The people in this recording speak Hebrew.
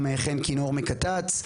גם חן כינור מקת"צ.